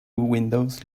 windows